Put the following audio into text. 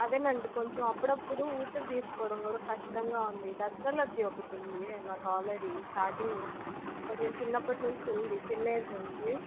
అదే అండి కొంచెం అప్పుడప్పుడు ఊపిరి తీసుకోవడం కూడా కష్టంగా ఉంది డస్ట్ ఎలర్జీ ఒకటి ఉంది నాకు ఆల్రెడీ స్టార్టింగ్ నుంచి నేను చిన్నప్పటి నుంచి ఉంది చిన్న ఏజ్ నుంచి